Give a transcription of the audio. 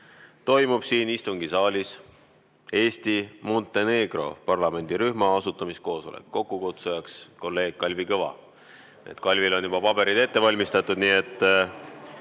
toimub siin istungisaalis Eesti-Montenegro parlamendirühma asutamiskoosolek, kokkukutsujaks kolleeg Kalvi Kõva. Kalvil on juba paberid ette valmistatud,